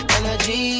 Energy